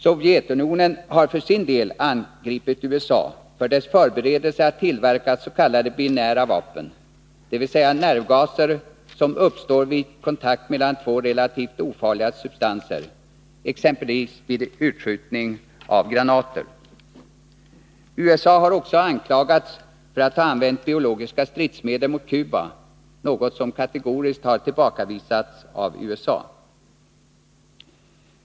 Sovjetunionen har för sin del angripit USA för dess förberedelser att tillverka s.k. binära vapen, dvs. nervgaser som uppstår vid kontakt mellan två relativt ofarliga substanser, exempelvis vid utskjutning av granater. USA har också anklagats för att ha använt biologiska stridsmedel mot Cuba, något som kategoriskt har tillbakavisats av USA.